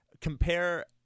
Compare